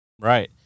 Right